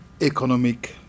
Economic